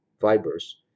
fibers